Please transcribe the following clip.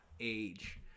age